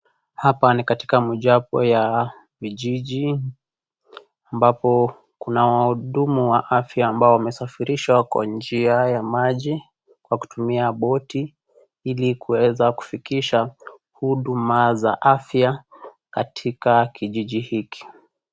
Apa ni katika mojapo ya vijiji ambapo kuna wahudumu wa afya ambao wamesafirishwa kwa njia ya maji kwa kutumia boti ili kuweza kufikisha huduma za afya katika kijiji hiki.